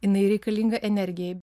jinai reikalinga energijai